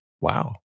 wow